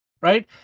right